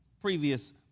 previous